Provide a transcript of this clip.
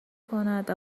کند